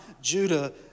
Judah